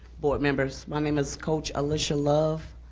board members. my name is coach alisha love,